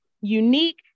unique